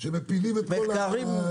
שמפילים את כל הפריפריה.